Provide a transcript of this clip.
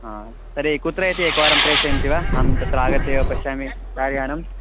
आ तर्हि कुत्रयति एकवारं प्रेषयन्ति वा अहं तत्र आगत्येव पश्यामि कार् यानं